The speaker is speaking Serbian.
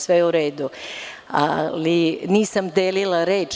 Sve je u redu, ali nisam delila reč.